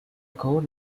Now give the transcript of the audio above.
code